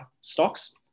stocks